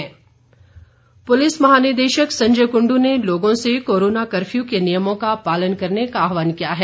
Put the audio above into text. DGP police महानिदेशक संजय कुंडू ने लोगों से कोरोना कर्फ्यू के नियमों का पालन करने का आहवान किया है